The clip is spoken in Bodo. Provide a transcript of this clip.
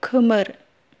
खोमोर